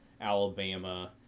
Alabama